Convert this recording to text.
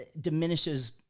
diminishes